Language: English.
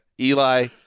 Eli